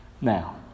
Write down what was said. Now